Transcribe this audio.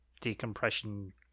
decompression